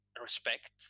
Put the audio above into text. respect